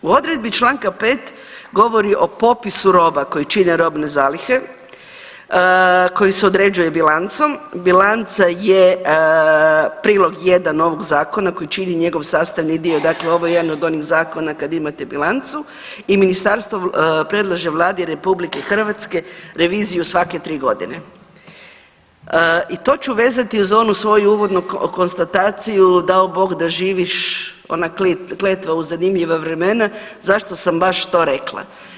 U odredbi čl. 5. govori o popisu roba koji čine robne zalihe koji se određuje bilancom, bilanca je prilog jedan ovog zakona koji čini njegov sastavni dio, dakle ovo je jedan od onih zakona kad imate bilancu i ministarstvo predlaže Vladi RH reviziju svake 3.g. i to ću vezati uz onu svoju uvodnu konstataciju dao Bog da živiš, ona kletva u zanimljiva vremena, zašto sam baš to rekla?